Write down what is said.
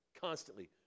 Constantly